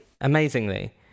amazingly